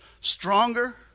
stronger